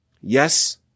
Yes